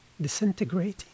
disintegrating